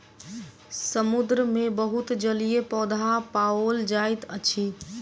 समुद्र मे बहुत जलीय पौधा पाओल जाइत अछि